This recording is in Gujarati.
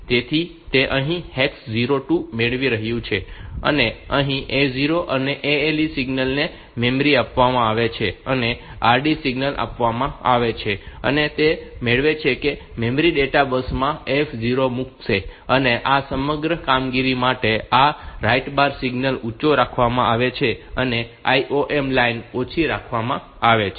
તેથી તે અહીં હેક્સ 02 મેળવી રહ્યું છે અને અહીં A 0 અને ALE સિગ્નલ ને મેમરી આપવામાં આવે છે અને RD સિગ્નલ આપવામાં આવે છે અને તે મેળવે છે કે મેમરી ડેટા બસ માં F0 મૂકશે અને આ સમગ્ર કામગીરી માટે આ રાઈટ બાર સિગ્નલ ઊંચો રાખવામાં આવે છે અને IOM લાઇન ઓછી રાખવામાં આવે છે